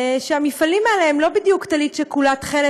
שהמפעלים האלה הם לא בדיוק טלית שכולה תכלת,